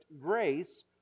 grace